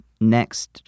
next